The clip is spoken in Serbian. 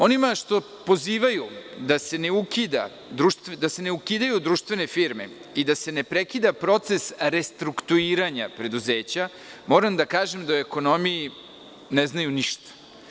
Onima što pozivaju da se ne ukidaju društvene firme i da se ne prekida proces restrukturiranja preduzeća moram da kažem da o ekonomiji ne znaju ništa.